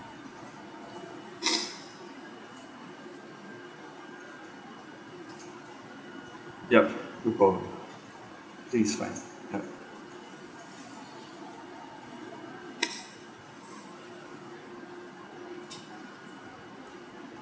yup no problem think it's fine ya